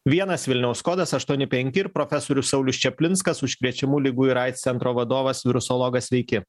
vienas vilniaus kodas aštuoni penki ir profesorius saulius čaplinskas užkrečiamų ligų ir aids centro vadovas virusologas sveiki